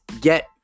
get